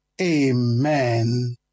Amen